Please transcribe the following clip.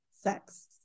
sex